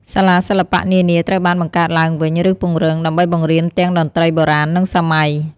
សាលាសិល្បៈនានាត្រូវបានបង្កើតឡើងវិញ ឬពង្រឹង ដើម្បីបង្រៀនទាំងតន្ត្រីបុរាណ និងសម័យ។